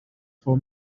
for